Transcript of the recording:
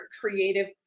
creative